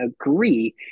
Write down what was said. agree